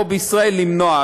ואתה צריך פה בישראל למנוע.